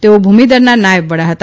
તેઓ ભૂમિદળના નાયબ વડા હતા